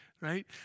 right